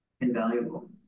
invaluable